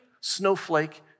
snowflake